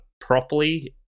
properly